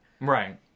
Right